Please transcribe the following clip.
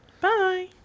Bye